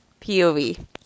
POV